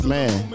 Man